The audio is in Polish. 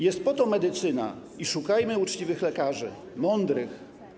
Jest po to medycyna i szukajmy uczciwych lekarzy, mądrych.